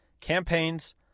Campaigns